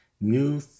New